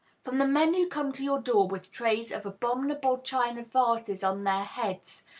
from the men who come to your door with trays of abominable china vases on their heads,